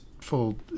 full